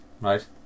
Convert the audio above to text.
right